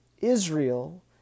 Israel